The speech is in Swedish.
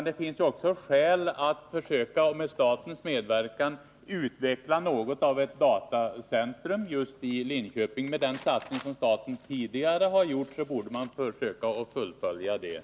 Det finns också skäl att med statens medverkan utveckla något av ett datacentrum just i Linköping. Man borde på det sättet söka fullfölja den satsning som staten tidigare har gjort.